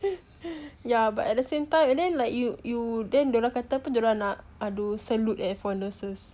ya but at the same time and then like you you then dorang kata dorang nak do salute eh for nurses